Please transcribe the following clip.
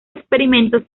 experimentos